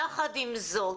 יחד עם זאת,